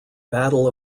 battle